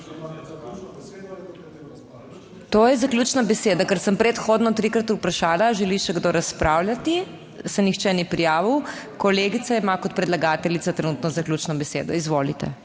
To je zaključna beseda, ker sem predhodno trikrat vprašala, želi še kdo razpravljati, se nihče ni prijavil. Kolegica ima kot predlagateljica trenutno zaključno besedo. Izvolite.